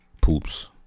Poops